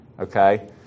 Okay